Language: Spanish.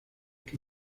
que